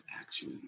action